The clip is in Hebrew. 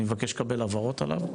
אני מבקש לקבל הבהרות עליו,